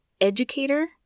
educator